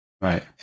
Right